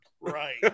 Right